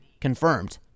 confirmed